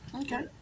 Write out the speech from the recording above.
Okay